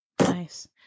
Nice